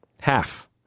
Half